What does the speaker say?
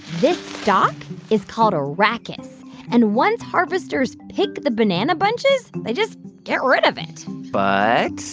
this stalk is called a rachis. and once harvesters pick the banana bunches, they just get rid of it but.